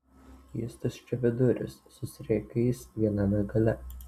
jis tuščiaviduris su sriegiais viename gale